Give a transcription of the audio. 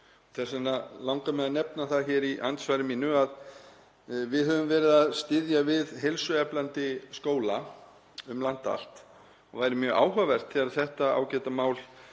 Þess vegna langar mig að nefna það í andsvari mínu að við höfum verið að styðja við heilsueflandi skóla um land allt og væri mjög áhugavert þegar þetta ágæta mál